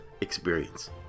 experience